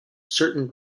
certain